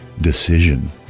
decision